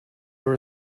were